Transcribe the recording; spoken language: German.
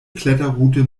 kletterroute